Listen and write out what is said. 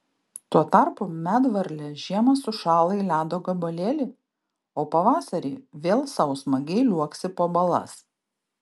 tuo tarpu medvarlė žiemą sušąla į ledo gabalėlį o pavasarį vėl sau smagiai liuoksi po balas